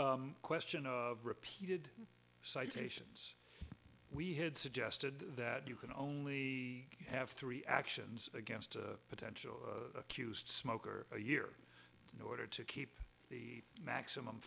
the question of repeated citations we had suggested that you can only have three actions against a potential accused smoker a year in order to keep the maximum